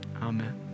amen